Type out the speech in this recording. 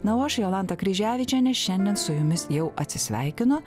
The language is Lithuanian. na o aš jolanta kryževičienė šiandien su jumis jau atsisveikinu